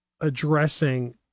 addressing